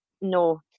no